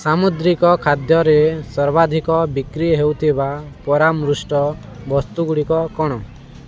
ସାମୁଦ୍ରିକ ଖାଦ୍ୟରେ ସର୍ବାଧିକ ବିକ୍ରି ହେଉଥିବା ପରାମୃଷ୍ଟ ବସ୍ତୁଗୁଡ଼ିକ କ'ଣ